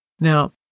Now